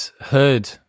heard